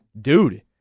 dude